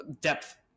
depth